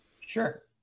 Sure